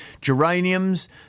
Geraniums